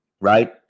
right